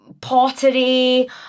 pottery